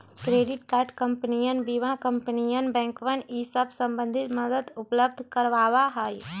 credit card कंपनियन बीमा कंपनियन बैंकवन ई सब संबंधी मदद उपलब्ध करवावा हई